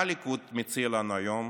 מה הליכוד מציע לנו היום?